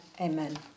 amen